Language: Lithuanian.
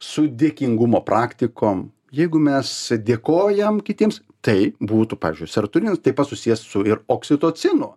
su dėkingumo praktikom jeigu mes dėkojam kitiems tai būtų pavyzdžiui seratoninas taip pat susijęs su ir oksitocinu